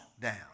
down